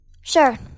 Sure